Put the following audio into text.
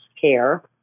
care